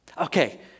Okay